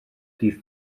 dydd